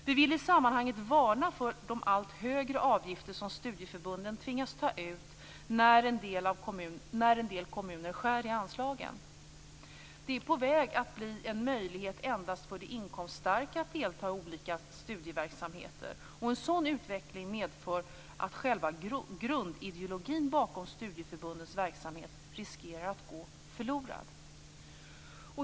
Vi vill i sammanhanget varna för de allt högre avgifter som studieförbunden tvingas ta ut när en del kommuner skär i anslagen. Det är på väg att bli en möjlighet endast för de inkomststarka att delta i olika studieverksamheter. En sådan utveckling medför att själva grundideologin bakom studieförbundens verksamhet riskerar att gå förlorad.